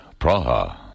Praha